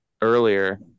earlier